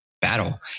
battle